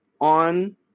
on